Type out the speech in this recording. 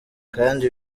kandi